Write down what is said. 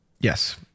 yes